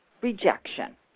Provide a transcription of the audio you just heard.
rejection